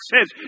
says